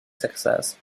success